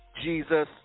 Jesus